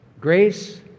Grace